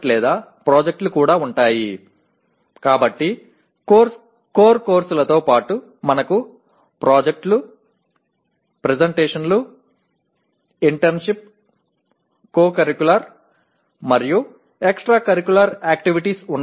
எனவே முக்கிய படிப்புகளுடன் கூடுதலாக நம்மிடம் திட்டங்கள் விளக்கக்காட்சிகள் பயிற்சி பருவ வகுப்புகள் இணை பாடத்திட்ட மற்றும் கூடுதல் பாடநெறி நடவடிக்கைகள் உள்ளன